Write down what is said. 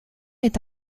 est